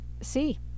see